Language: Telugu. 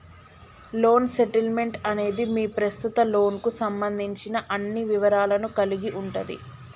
లోన్ స్టేట్మెంట్ అనేది మీ ప్రస్తుత లోన్కు సంబంధించిన అన్ని వివరాలను కలిగి ఉంటది